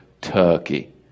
Turkey